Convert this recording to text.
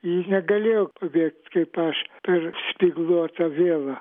ji negalėjo pabėgt kaip aš per spygliuotą vielą